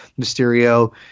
Mysterio